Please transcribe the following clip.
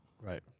Right